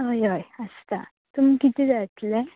हय हय आसता तुमकां कितें जाय आसलें